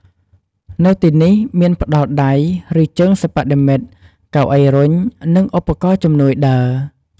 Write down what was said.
នៅទីនេះមានផ្ដល់ដៃ ឬ ជើងសិប្បនិម្មិត កៅអីរុញ និងឧបករណ៍ជំនួយដើរ។